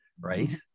right